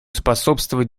способствовать